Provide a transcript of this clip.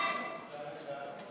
תעשייה,